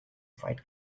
fight